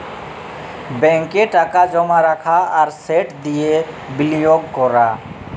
ব্যাংকে টাকা জমা রাখা আর সেট দিঁয়ে বিলিয়গ ক্যরা